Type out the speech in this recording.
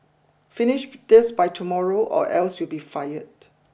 finish this by tomorrow or else you'll be fired